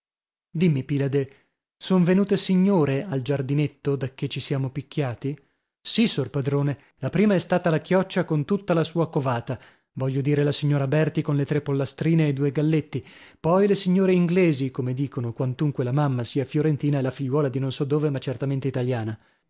dimmi pilade son venute signore al giardinetto dacchè ci siamo picchiati sì sor padrone la prima è stata la chioccia con tutta la sua covata voglio dire la signora berti con le tre pollastrine e i due galletti poi le signore inglesi come dicono quantunque la mamma sia fiorentina e la figliuola di non so dove ma certamente italiana